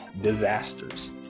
Disasters